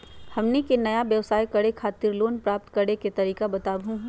हमनी के नया व्यवसाय करै खातिर लोन प्राप्त करै के तरीका बताहु हो?